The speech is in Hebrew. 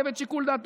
גם לא את שיקול דעתו,